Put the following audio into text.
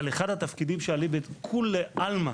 אבל אחד התפקידים שאליבא דכולי עלמא